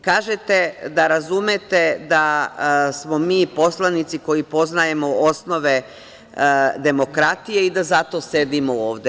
Kažete da razumete da smo mi poslanici koji poznajemo osnove demokratije i da zato sedimo ovde.